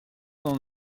n’en